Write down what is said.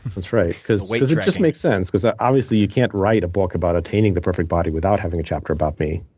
that's right because because it just makes sense because, ah obviously, you can't write a book about attaining the perfect body without having a chapter about me.